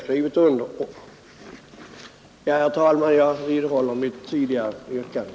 Herr talman! Jag vidhåller mitt tidigare yrkande.